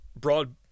broad